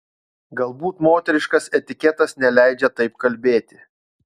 galbūt moteriškas etiketas neleidžia taip kalbėti